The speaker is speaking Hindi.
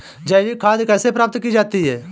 जैविक खाद कैसे प्राप्त की जाती है?